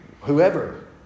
Whoever